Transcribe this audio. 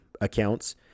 accounts